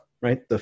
right